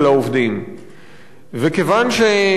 גברתי היושבת-ראש,